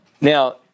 Now